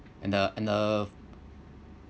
and uh and uh